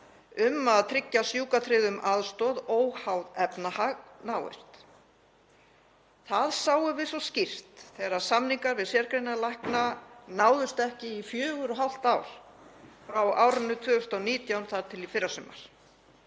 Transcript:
um að tryggja sjúkratryggðum aðstoð óháð efnahag náist. Það sáum við svo skýrt þegar samningar við sérgreinalækna náðust ekki í fjögur og hálft ár, frá árinu 2019 þar til í fyrrasumar.